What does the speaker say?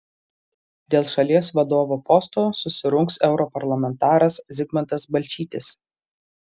dėl šalies vadovo posto susirungs europarlamentaras zigmantas balčytis